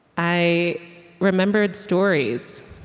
i remembered stories.